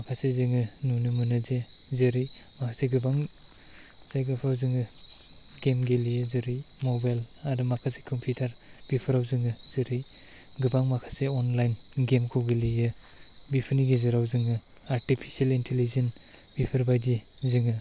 माखासे जोङो नुनो मोनो जेरै माखासे गोबां जायगाफोर जोङो गेम गेलेयो जेरै मबाइल आरो माखासे कम्पिउटार बेफोराव जोङो जेरै गोबां माखासे अनलाइन गेम खौ गेलेयो बेफोरनि गेजेराव जोङो आरटिपिसिल इन्टिलिजेन बेफोर बायदि जोङो